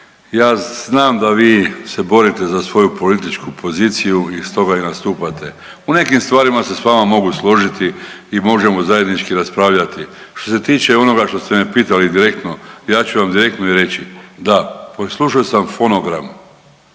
Ja znam da vi se borite za svoju političku poziciju i stoga i nastupate. U nekim stvarima se sa vama mogu složiti i možemo zajednički raspravljati. Što se tiče onoga što ste me pitali direktno ja ću vam direktno i reći. Da, poslušao sam fonogram